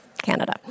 Canada